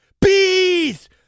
Bees